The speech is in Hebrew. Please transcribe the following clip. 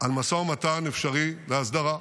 על משא ומתן אפשרי להסדרה.